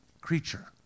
creature